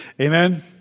Amen